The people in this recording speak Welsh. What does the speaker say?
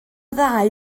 ddau